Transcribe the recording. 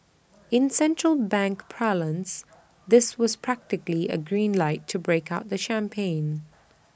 in central bank parlance this was practically A green light to break out the champagne